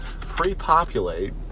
pre-populate